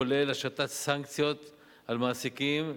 כולל השתת סנקציות על מעסיקים,